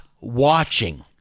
watching